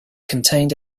contained